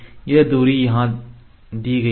यह दूरी यहाँ दी गई है